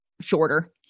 shorter